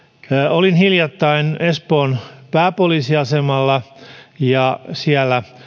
olin hiljattain espoon pääpoliisiasemalla ja siellä